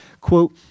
Quote